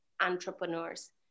Entrepreneurs